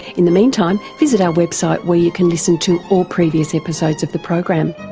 in the meantime visit our website where you can listen to all previous episodes of the program.